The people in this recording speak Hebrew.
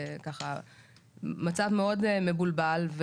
ככה מצב מאוד מבולבל.